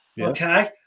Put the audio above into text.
okay